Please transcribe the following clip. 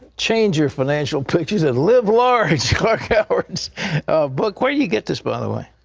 change your financial picture and live large, clark yeah howard's book. where do you get this by the way?